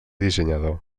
dissenyador